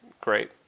great